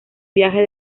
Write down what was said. viaje